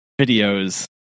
videos